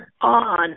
on